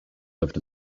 lived